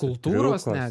kultūros net